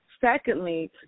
Secondly